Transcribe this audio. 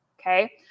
Okay